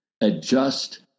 adjust